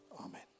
Amen